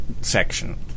section